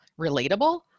relatable